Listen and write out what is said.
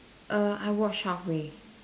err I watch halfway